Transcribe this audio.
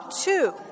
two